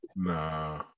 Nah